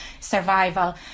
survival